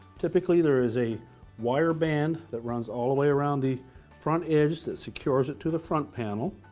typically, there is a wire band that runs all the way around the front edge that secures it to the front panel.